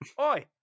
Oi